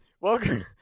welcome